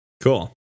cool